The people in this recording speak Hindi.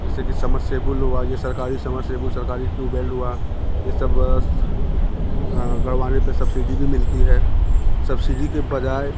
जैसे कि समरसेबुल हुआ या सरकारी समरसेबुल सरकारी ट्यूबबेल हुआ ये सब गड़वाने पर सब्सिडी भी मिलती है सब्सिडी के बजाय